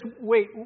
Wait